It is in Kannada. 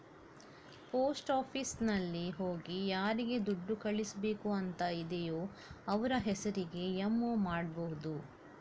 ಪೋಸ್ಟ್ ಆಫೀಸಿನಲ್ಲಿ ಹೋಗಿ ಯಾರಿಗೆ ದುಡ್ಡು ಕಳಿಸ್ಬೇಕು ಅಂತ ಇದೆಯೋ ಅವ್ರ ಹೆಸರಿಗೆ ಎಂ.ಒ ಮಾಡ್ಬಹುದು